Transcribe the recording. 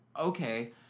okay